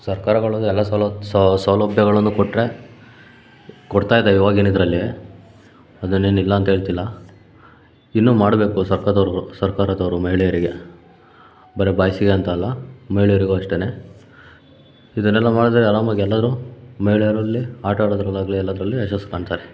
ಸರ್ಕಾರಗಳು ಎಲ್ಲ ಸೌಲತ್ತು ಸೌಲಭ್ಯಗಳನ್ನು ಕೊಟ್ಟರೆ ಕೊಡ್ತಾ ಇದೆ ಇವಾಗಿನ ಇದರಲ್ಲಿ ಅದನ್ನೇನು ಇಲ್ಲಾಂತ ಹೇಳ್ತಿಲ್ಲ ಇನ್ನೂ ಮಾಡಬೇಕು ಸರ್ಕಾರ್ದವ್ರುಗಳು ಸರ್ಕಾರದವರು ಮಹಿಳೆಯರಿಗೆ ಬರೀ ಬಾಯ್ಸಿಗೆ ಅಂತ ಅಲ್ಲ ಮಹಿಳೆಯರಿಗೂ ಅಷ್ಟೇ ಇದನ್ನೆಲ್ಲ ಮಾಡಿದ್ರೆ ಆರಾಮಾಗಿ ಎಲ್ಲಾದ್ರೂ ಮಹಿಳೆಯರಲ್ಲಿ ಆಟ ಆಡೋದ್ರಲ್ಲಾಗಲಿ ಎಲ್ಲದರಲ್ಲಿ ಯಶಸ್ಸು ಕಾಣ್ತಾರೆ